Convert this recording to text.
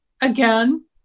again